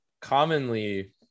commonly